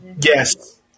Yes